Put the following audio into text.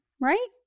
right